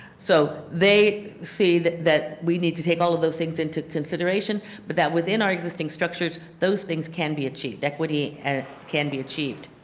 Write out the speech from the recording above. so they say that that we need to take all of those things into consideration but that was in our existing structures and those things can be achieved. equity and can be achieved.